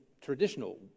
traditional